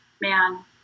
man